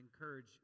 encourage